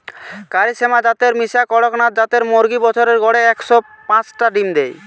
কারি শ্যামা জাতের মিশা কড়কনাথ জাতের মুরগি বছরে গড়ে একশ পাচটা ডিম দেয়